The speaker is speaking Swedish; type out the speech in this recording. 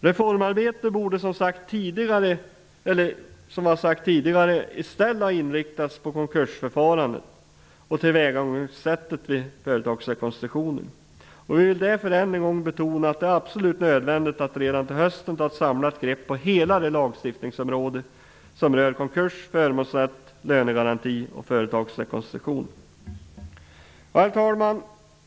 Reformarbetet borde, som jag har sagt tidigare, i stället ha inriktats på konkursförfarandet och tillvägagångssättet vid företagsrekonstruktioner. Jag vill därför än en gång betona att det är absolut nödvändigt att redan till hösten ta ett samlat grepp på hela det lagstiftningsområde som rör konkurs, förmånsrätt, lönegaranti och företagsrekonstruktion. Herr talman!